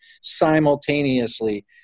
simultaneously